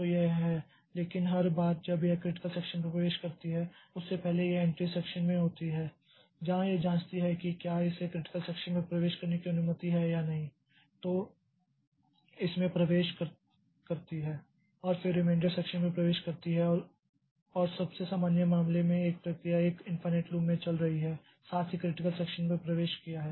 तो यह है लेकिन हर बार जब यह क्रिटिकल सेक्षन में प्रवेश करती है उससे पहले यह एंटेरी सेक्षन में होती है जहां यह जांचती है कि क्या इसे क्रिटिकल सेक्षन में प्रवेश करने की अनुमति है या नहीं तो इसमें प्रवेश करती है और फिर रिमेंडर सेक्षन में प्रवेश करती है और सबसे सामान्य मामले में एक प्रक्रिया एक इन्फिनिट लूप में चल रही है साथ ही क्रिटिकल सेक्षन में प्रवेश किया है